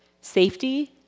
safety,